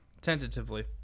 Tentatively